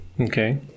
Okay